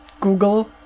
Google